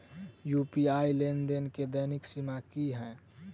UPI लेनदेन केँ दैनिक सीमा की है?